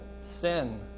sin